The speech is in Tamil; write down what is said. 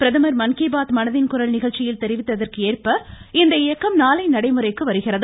பிரதமர் மன் கி பாத் மனதின் குரல் நிகழ்ச்சியில் தெரிவித்ததற்கு ஏற்ப இந்த இயக்கம் நாளை நடைமுறைக்கு வருகிறது